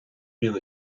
bíonn